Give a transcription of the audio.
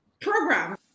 program